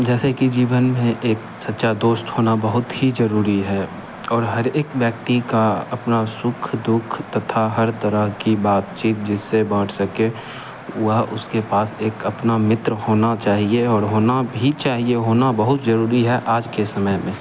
जैसे कि जीवन में एक सच्चा दोस्त होना बहुत ही ज़रूरी है और हर एक व्यक्ति का अपना सुख दुख तथा हर तरह की बातचीत जिससे बाँट सके वह उसके पास एक अपना मित्र होना चाहिए और होना भी चाहिए होना बहुत ज़रूरी है आज के समय में